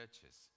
churches